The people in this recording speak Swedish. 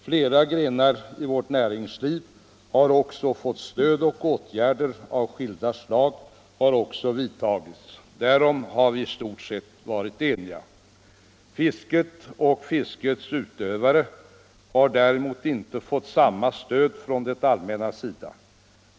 Flera grenar i vårt näringsliv har också fått stöd, och åtgärder av skilda slag har vidtagits. Därom har vi i stort sett varit eniga. Fisket och fiskets utövare har däremot inte fått samma stöd från det allmännas sida.